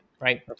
right